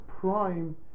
prime